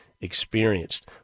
experienced